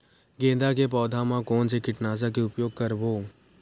गेंदा के पौधा म कोन से कीटनाशक के उपयोग करबो?